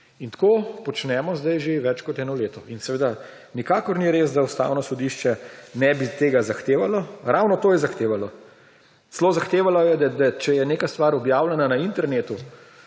In tako počnemo sedaj že več kot eno leto. Nikakor ni res, da Ustavno sodišče ne bi tega zahtevalo. Ravno to je zahtevalo. Celo zahtevalo je, da če je neka stvar objavljena na internetu,